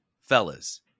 fellas